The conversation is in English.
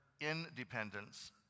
independence